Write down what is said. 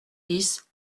dix